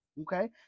Okay